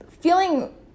feeling